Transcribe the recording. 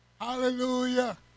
Hallelujah